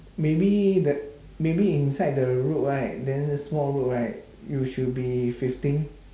maybe the maybe inside the road right then the small road right you should be fifteen